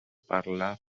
parlar